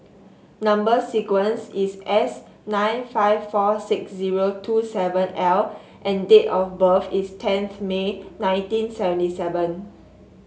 number sequence is S nine five four six zero two seven L and date of birth is tenth May nineteen seventy seven